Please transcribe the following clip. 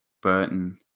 Burton